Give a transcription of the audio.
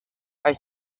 are